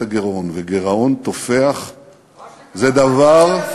לא דאגו לטפל בשאלת הגירעון, וגירעון תופח זה דבר,